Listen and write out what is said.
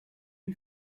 you